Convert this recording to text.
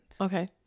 okay